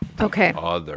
Okay